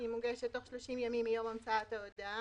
היא מוגשת בתוך 30 ימים מיום המצאת ההודעה.